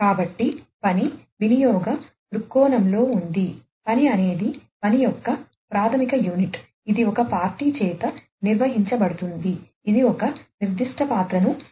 కాబట్టి పని వినియోగ దృక్కోణంలో ఉంది పని అనేది పని యొక్క ప్రాథమిక యూనిట్ ఇది ఒక పార్టీ చేత నిర్వహించబడుతుంది ఇది ఒక నిర్దిష్ట పాత్రను ఊహిస్తుంది